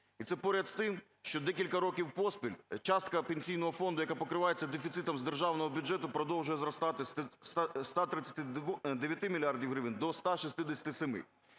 І це поряд з тим, що декілька років поспіль частка Пенсійного фонду, яка покривається дефіцитом з державного бюджету, продовжує зростати з 139 мільярдів гривень до 167.